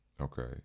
okay